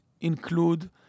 include